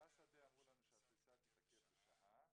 בשדה אמרו לנו שהטיסה תתעכב בשעה,